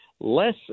less